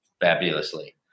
fabulously